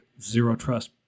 zero-trust